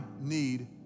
need